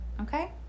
okay